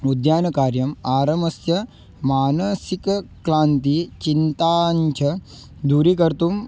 उद्यानकार्यम् आरम्भस्य मानसिकक्लान्तिं चिन्ताञ्च दूरीकर्तुं